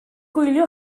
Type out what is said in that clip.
gwylio